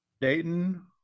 Dayton